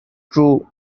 true